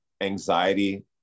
anxiety